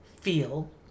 feel